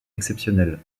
exceptionnel